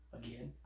again